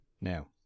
Now